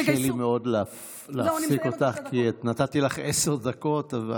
קשה לי מאוד להפסיק אותך, כי נתתי לך עשר דקות.